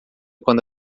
quando